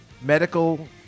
medical